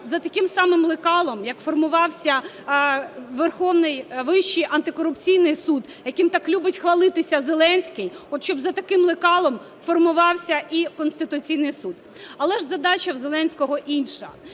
за таким самим лекалом, як формувався Вищий антикорупційний суд, яким так любить хвалитися Зеленський, от щоб за таким лекалом формувався і Конституційний Суд. Але ж задача в Зеленського інша.